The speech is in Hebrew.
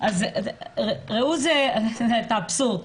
ראו את האבסורד: